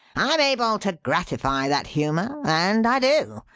i'm able to gratify that humour and i do.